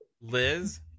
Liz